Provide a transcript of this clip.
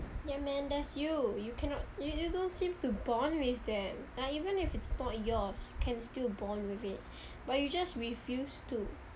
ya man that's you you cannot you you don't seem to bond with them I even if it's not yours can still born with it but you just refused to